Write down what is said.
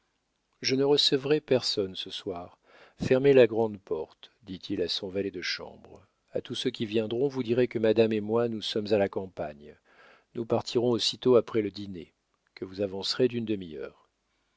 je ne recevrai personne ce soir fermez la grande porte dit-il à son valet de chambre a tous ceux qui viendront vous direz que madame et moi nous sommes à la campagne nous partirons aussitôt après le dîner que vous avancerez d'une demi-heure